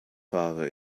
father